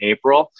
April